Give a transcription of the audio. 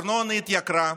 הארנונה התייקרה,